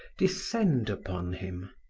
descend upon him.